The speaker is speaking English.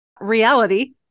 reality